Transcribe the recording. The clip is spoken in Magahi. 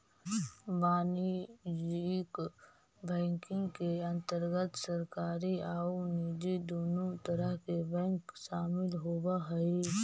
वाणिज्यिक बैंकिंग के अंतर्गत सरकारी आउ निजी दुनों तरह के बैंक शामिल होवऽ हइ